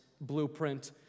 blueprint